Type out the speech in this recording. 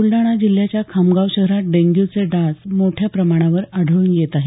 बुलडाणा जिल्हयाच्या खामगाव शहरात डेंग्यूचे डास मोठ्या प्रमाणावर आढळून येत आहेत